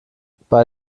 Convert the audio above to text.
bei